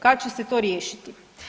Kad će se to riješiti?